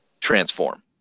transform